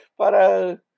Para